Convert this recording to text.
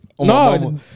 No